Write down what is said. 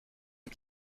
une